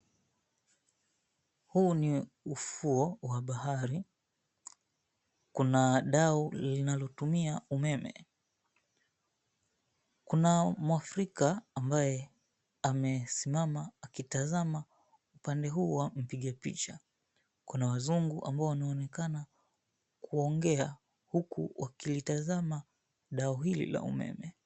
Huu ni ufuo wa bahari. Kuna dau linalotumia umeme. Kuna mwafrika ambaye amesimama kukitazama upande huo ampige picha. Kuna wazungu ambao wanaonekana kuongea huku wakilitazama dau hili la umeme.